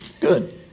Good